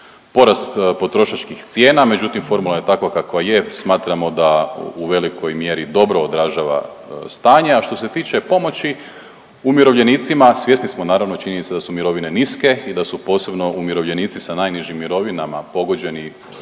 porast potrošačkih cijena, međutim formula je takva kakva je. Smatramo da u velikoj mjeri dobro odražava stanje. A što se tiče pomoći umirovljenicima svjesni smo naravno činjenice da su mirovine niske i da su posebno umirovljenici sa najnižim mirovinama pogođeni